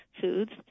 foods